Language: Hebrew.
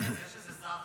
תשמעו